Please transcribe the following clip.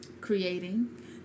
Creating